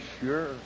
sure